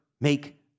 make